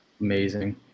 amazing